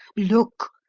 look,